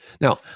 now